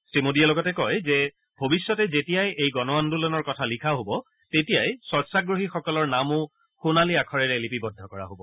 শ্ৰীমোদীয়ে লগতে কয় যে ভৰিষ্যতে যেতিয়াই এই গণ আন্দোলনৰ কথা লিখা হ'ব তেতিয়াই স্ক্ছাগ্ৰহীসকলৰ নামো সোণালী আখৰেৰে লিপিবদ্ধ কৰা হ'ব